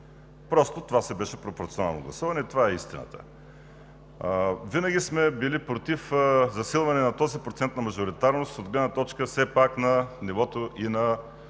Просто това си беше пропорционално гласуване. Това е истината. Винаги сме били против засилване на този процент на мажоритарност все пак от гледна точка и на нивото на